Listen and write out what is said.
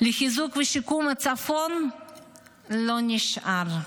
לחיזוק ושיקום הצפון לא נשאר,